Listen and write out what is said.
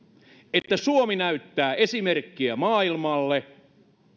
että suomi näyttää esimerkkiä maailmalle